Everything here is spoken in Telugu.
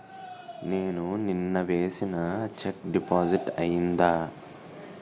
నేను నిన్న వేసిన చెక్ డిపాజిట్ అయిందా?